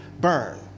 burn